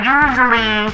usually